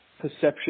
perception